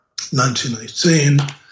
1918